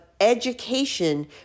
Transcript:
education